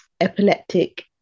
epileptic